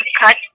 cut